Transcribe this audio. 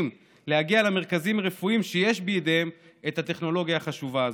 להגיע למרכזים רפואיים שיש בידיהם את הטכנולוגיה החשובה הזאת.